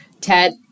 Ted